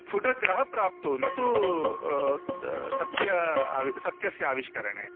स्फुटग्रहः प्राप्तुं न तु सत्यस्य आविष्कारः सत्यस्य आविष्करणे